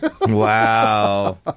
Wow